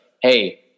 hey